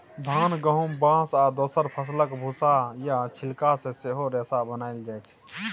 धान, गहुम, बाँस आ दोसर फसलक भुस्सा या छिलका सँ सेहो रेशा बनाएल जाइ छै